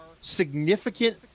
significant